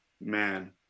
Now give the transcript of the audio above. man